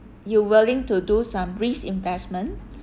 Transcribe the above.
you willing to do some risk investment